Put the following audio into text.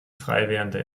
freiwerdende